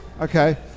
Okay